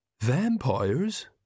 Vampires